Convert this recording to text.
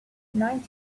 ninety